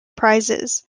prizes